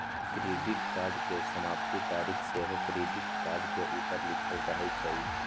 credit card के समाप्ति तारिख सेहो क्रेडिट कार्ड के ऊपर लिखल रहइ छइ